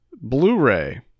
Blu-ray